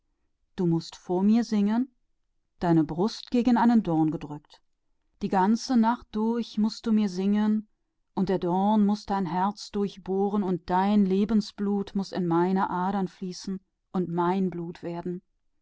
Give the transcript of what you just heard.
du mußt für mich singen und deine brust an einen dorn pressen die ganze nacht mußt du singen und der dorn muß dein herz durchbohren und dein lebensblut muß in meine adern fließen und mein werden